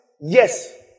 Yes